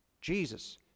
Jesus